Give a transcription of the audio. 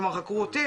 כלומר חקרו אותי,